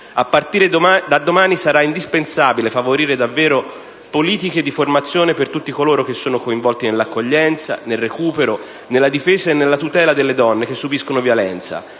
A partire da domani sarà indispensabile favorire davvero politiche di formazione per tutti coloro che sono coinvolti nell'accoglienza, nel recupero, nella difesa e nella tutela delle donne che subiscono violenza,